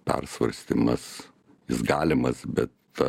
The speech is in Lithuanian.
persvarstymas jis galimas bet